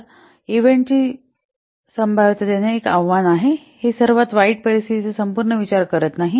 तर घटनेची संभाव्यता देणे हे एक आव्हान आहे हे सर्वात वाईट परिस्थितीचा संपूर्ण विचार करत नाही